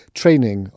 training